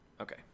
Okay